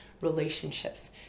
relationships